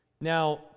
Now